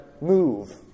move